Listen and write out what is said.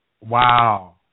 Wow